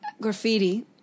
Graffiti